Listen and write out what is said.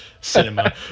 cinema